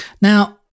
Now